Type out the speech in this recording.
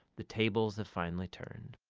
the tables have finally turned.